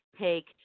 take